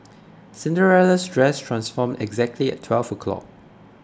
Cinderella's dress transformed exactly at twelve o'clock